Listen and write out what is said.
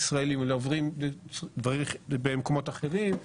אלא עוברים במקומות אחרים,